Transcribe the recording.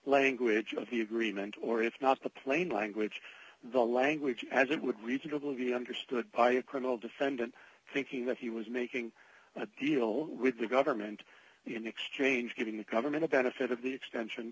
language of the agreement or if not the plain language the language as it would reasonably be understood by a criminal defendant thinking that he was making a deal with the government in exchange giving the government a benefit of the extension